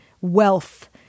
wealth